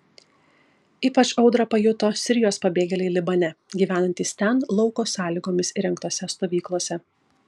ypač audrą pajuto sirijos pabėgėliai libane gyvenantys ten lauko sąlygomis įsirengtose stovyklose